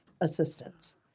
assistance